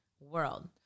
world